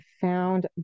found